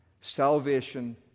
salvation